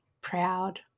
proud